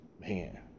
man